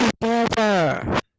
together